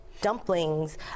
dumplings